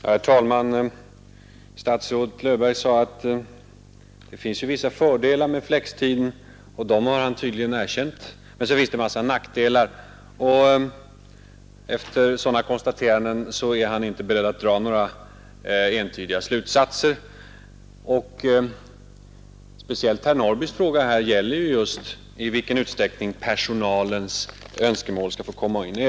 Herr talman! Statsrådet Löfberg sade att det är vissa fördelar förenade med flextiden, och detta har han också tidigare erkänt, men dessutom har den en mängd nackdelar. Efter sådana konstateranden är han inte beredd att dra några entydiga slutsatser. Speciellt herr Norrbys i Åkersberga men även min fråga gäller i vilken utsträckning personalens önskemål skall få spela in.